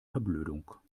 verblödung